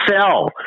fell